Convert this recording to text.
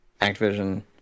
activision